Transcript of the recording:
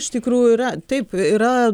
iš tikrųjų yra taip yra